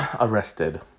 arrested